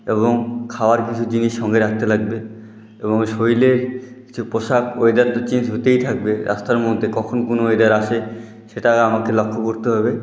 এবং খাওয়ার কিছু জিনিস সঙ্গে রাখতে লাগবে এবং শরীরের কিছু পোশাক ওয়েদার তো চেঞ্জ হতেই থাকবে রাস্তার মধ্যে কখন কোন ওয়েদার আসে সেটা আমাকে লক্ষ্য করতে হবে